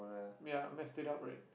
ya messed it up right